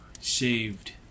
saved